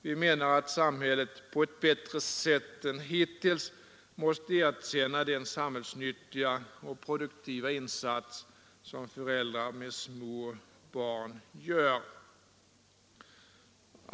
Vi menar att samhället på ett bättre sätt än hittills måste erkänna den samhällsnyttiga och produktiva insats som föräldrar med små barn gör.